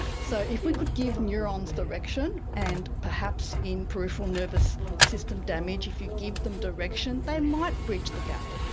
so if we could give neurons direction and perhaps in peripheral nervous system damage if you give them direction they might bridge the gap.